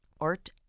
art